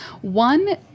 one